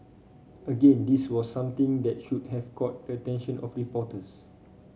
again this was something that should have caught the attention of reporters